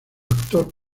actor